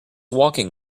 walking